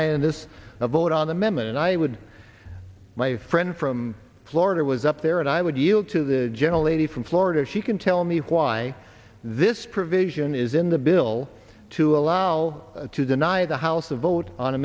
i and this a vote on the men and i would my friend from florida was up there and i would you to the gentle lady from florida she can tell me why this provision is in the bill to allow to deny the house a vote on a